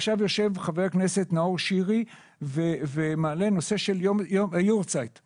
יושב חבר כנסת נאור שירי ומעלה נושא של יום הזיכרון.